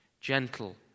gentle